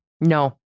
No